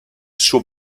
suo